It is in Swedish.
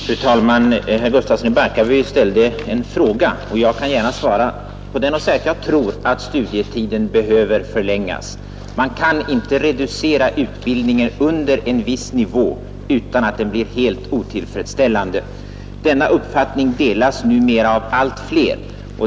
Fru talman! Herr Gustafsson i Barkarby ställde en fråga och jag kan gärna svara på den och säga att jag tror att studietiden behöver förlängas. Man kan inte reducera utbildningen under en viss nivå utan att den blir helt otillfredsställande. Denna uppfattning delas numera av allt fler.